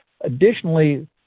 Additionally